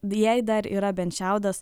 jei dar yra bent šiaudas